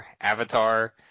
avatar